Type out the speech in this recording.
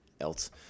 else